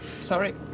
Sorry